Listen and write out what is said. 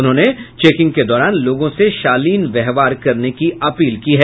उन्होंने चेकिंग के दौरान लोगों से शालीन व्यवहार करने की अपील की है